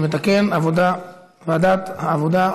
אני מתקן: ועדת העבודה,